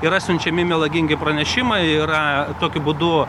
yra siunčiami melagingi pranešimai yra tokiu būdu